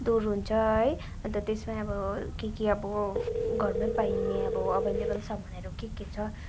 दूर हुन्छ है अन्त त्यसमै अब के के अब घरमा पाइने अब एभाइलेभल सामानहरू के के छ